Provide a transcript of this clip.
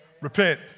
Repent